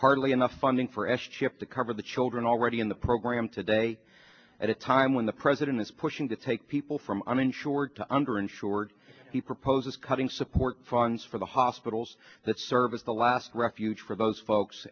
hardly enough funding for s chip to cover the children already in the program today at a time when the president is pushing to take people from uninsured to under insured he proposes cutting support funds for the hospitals that service the last refuge for those folks